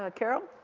ah carol?